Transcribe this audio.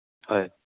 হয়